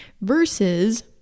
versus